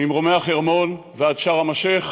ממרומי החרמון ועד שארם א-שיח',